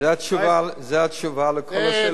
זו התשובה על כל השאלות.